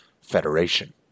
federation